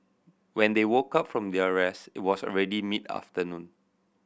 when they woke up from their rest it was already mid afternoon